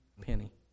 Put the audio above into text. penny